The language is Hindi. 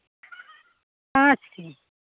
पाँच